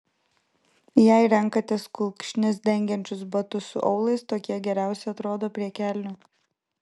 jei renkatės kulkšnis dengiančius batus su aulais tokie geriausiai atrodo prie kelnių